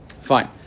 Fine